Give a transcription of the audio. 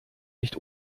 nicht